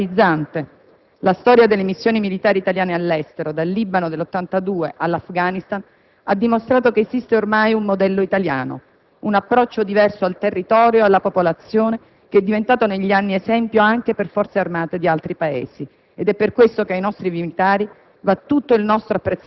Non credo che sia questo il punto di discussione. Come credo sia riduttivo, specialmente per l'Afghanistan, portare la questione sul dilemma guerra-pace. Siamo tutti d'accordo che il mondo sarebbe migliore se le armi non parlassero, se la politica fosse l'arma per eccellenza per risolvere i conflitti.